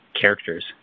characters